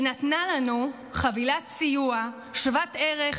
והיא נתנה לנו חבילת סיוע שוות ערך